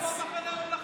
רון, איפה המחנה הממלכתי?